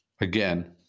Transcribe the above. again